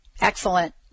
Excellent